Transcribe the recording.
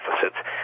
deficits